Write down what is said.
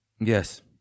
Yes